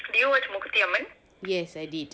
you know watch more quickly yes I did